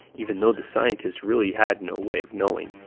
even though the scientists really had no way of knowing.